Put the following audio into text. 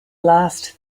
last